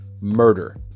murder